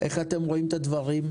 איך אתם רואים את הדברים.